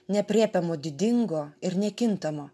neaprėpiamo didingo ir nekintamo